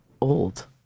old